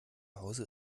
hause